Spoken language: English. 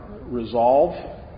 Resolve